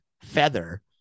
feather